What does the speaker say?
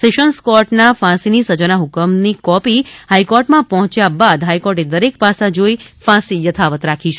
sessions કોર્ટના ફાંસીની સજાના હકમની કોપી હાઇકોર્ટમાં પહોંચ્યા બાદ હાઇકોર્ટે દરેક પાસા જોઇ ફાંસી યથાવત રાખી છે